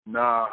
Nah